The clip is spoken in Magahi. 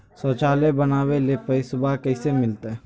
शौचालय बनावे ले पैसबा कैसे मिलते?